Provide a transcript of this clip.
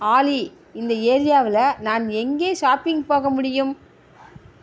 ஆலி இந்த ஏரியாவில் நான் எங்கே ஷாப்பிங் போக முடியும்